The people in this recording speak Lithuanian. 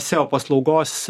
seo paslaugos